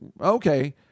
okay